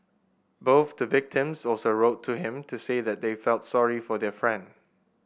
both the victims also wrote to him to say that they felt sorry for their friend